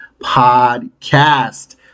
podcast